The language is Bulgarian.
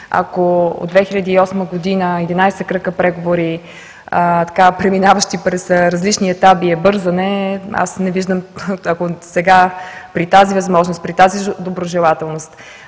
ако от 2008 г. единадесет кръга преговори, преминаващи през различни етапи, е бързане, аз не виждам, ако сега, при тази възможност, при тази доброжелателност